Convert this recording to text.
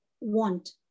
want